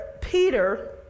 Peter